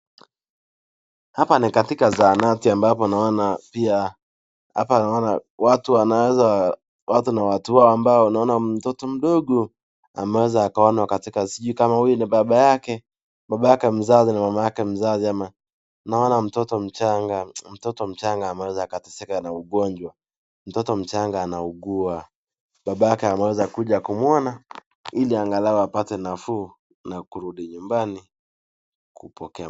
Hapa ni katika zahanati ambapo naona pia, hapanaona watu wanaweza, watu na watu wao ambao naona mtoto mdogo ameweza akaonwa katika sijui kama huyu ni baba yake mzazi na mama yake mzazi ,naona mtoto mchanga ameweza akateseka na ugonjwa. Mtoto mchanga anaugua, baba yake anaweza kuja kumuona ili angalau apate nafuu na kurudi nyumbani kupokea